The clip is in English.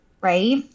right